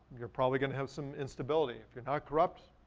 you're probably gonna have some instability. if you're not corrupt,